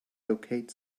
locate